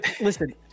Listen